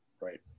Right